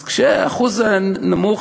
אז כשיש אחוז נמוך,